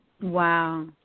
Wow